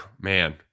Man